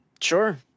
Sure